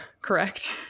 correct